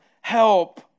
help